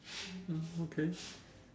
mm okay